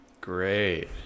Great